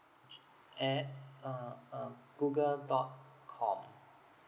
at uh uh google dot com